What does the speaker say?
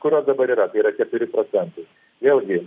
kurios dabar yra tai yra keturi procentai vėlgi